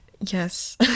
Yes